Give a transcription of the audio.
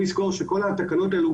בואו נזכור שכל התקנות הללו,